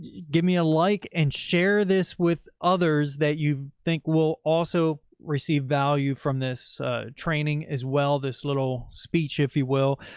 give me a like and share this with others that you've think will also receive value from this training as well. this little speech, if you will,